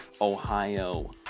Ohio